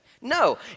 No